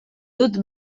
dut